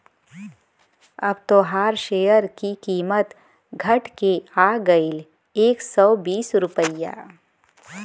अब तोहार सेअर की कीमत घट के आ गएल एक सौ बीस रुपइया